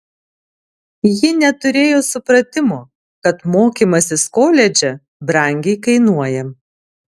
ji neturėjo supratimo kad mokymasis koledže brangiai kainuoja